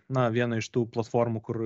na vieną iš tų platformų kur